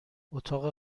اتاق